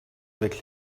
avec